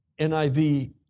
NIV